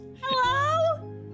Hello